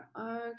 Okay